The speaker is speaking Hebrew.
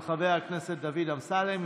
של חבר הכנסת דוד אמסלם.